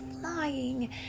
flying